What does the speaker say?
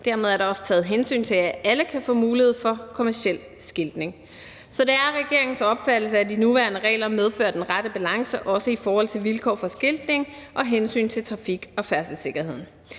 dermed er der også taget hensyn til, at alle kan få mulighed for kommerciel skiltning, så det er regeringens opfattelse, at de nuværende regler medfører den rette balance, også i forhold til vilkår for skiltning og hensyn til trafik- og færdselssikkerheden.